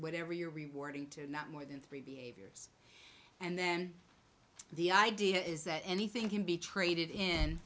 whatever you're rewarding to not more than three behaviors and then the idea is that anything can be traded in